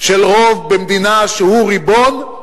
של רוב במדינה, שהוא ריבון,